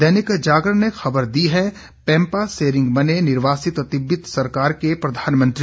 दैनिक जागरण ने खबर दी है पेंपा सेरिंग बने निर्वासित तिब्बत सरकार के प्रधानमंत्री